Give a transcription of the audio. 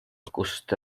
kust